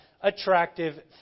attractive